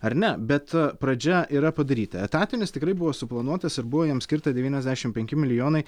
ar ne bet pradžia yra padaryta etatinis tikrai buvo suplanuotas ir buvo jam skirta devyniasdešimt penki milijonai